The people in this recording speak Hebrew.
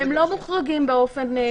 הם לא מוחרגים באופן גורף.